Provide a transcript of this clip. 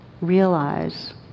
realize